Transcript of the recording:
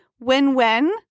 win-win